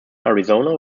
arizona